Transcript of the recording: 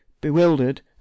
Bewildered